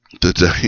Today